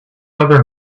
other